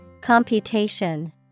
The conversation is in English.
Computation